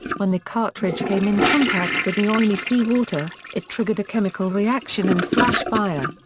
when the cartridge came in contact with the oily sea water, it triggered a chemical reaction and flash fire.